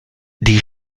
die